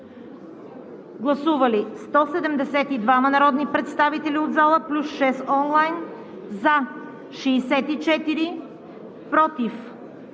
Гласували 172 народни представители от залата плюс 6 онлайн: за 64, против